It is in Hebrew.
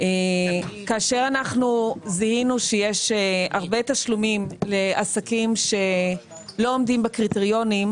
כאשר זיהינו שיש הרבה תשלומים לעסקים שלא עומדים בקריטריונים,